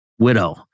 widow